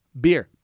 beer